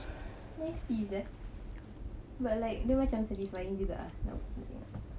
that's it's easier but like dia macam satisfying juga ah nak tengok